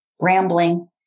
rambling